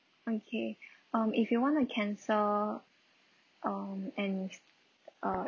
okay um if you want to cancel um any s~ uh